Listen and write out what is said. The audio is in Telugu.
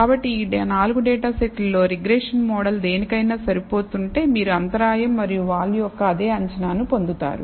కాబట్టి ఈ 4 డేటా సెట్లు లో రిగ్రెషన్ మోడల్ దేనికైనా సరిపోతుంటే మీరు అంతరాయం మరియు వాలు యొక్క అదే అంచనాను పొందుతారు